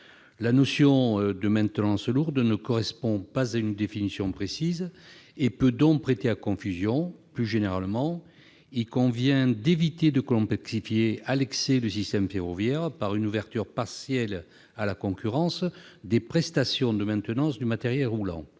La notion de « maintenance lourde » n'a pas de définition précise et peut donc prêter à confusion. Plus généralement, il convient d'éviter de complexifier à l'excès le système ferroviaire par une ouverture partielle à la concurrence des prestations de maintenance du matériel roulant.